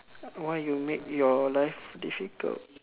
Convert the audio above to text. why you make your life difficult